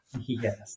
Yes